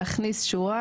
להכניס שורה,